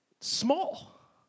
small